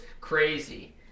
crazy